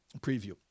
preview